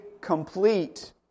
complete